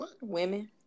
women